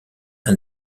par